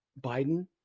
Biden